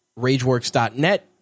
RageWorks.net